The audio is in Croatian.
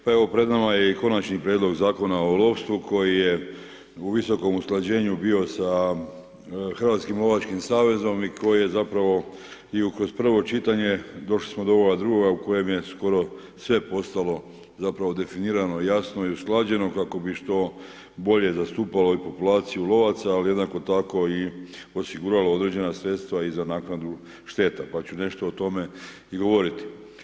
Pa evo pred nama je i Konačni prijedlog Zakona o lovstvu koji je u visokom usklađenju bio sa Hrvatskim lovačkim savezom i koji je zapravo i kroz prvo čitanje, došli smo do ovoga drugoga u kojem je skoro sve postalo zapravo definirano, jasno i usklađeno kako bi što bolje zastupalo populaciju lovaca ali jednako tako i osiguralo određena sredstva i za naknadu štete pa ću nešto o tome i govoriti.